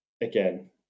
again